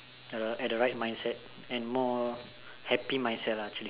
uh at the right mindset and more happy mindset lah actually